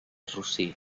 rossí